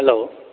hello